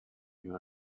you